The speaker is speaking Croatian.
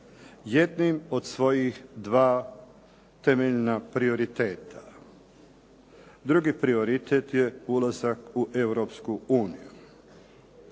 jednim od svojih dva temeljna prioriteta. Drugi prioritet je ulazak u Europsku uniju.